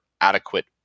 adequate